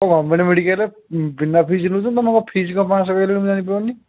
government ମେଡ଼ିକାଲ୍ରେ ବିନା fees ନଉଛନ୍ତି ତମେ କ'ଣ ଫିସ୍ କ'ଣ ପାଞ୍ଚ ଶହ କହିଲେଣି ମୁଁ ଜାଣି ପାରୁନି